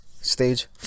stage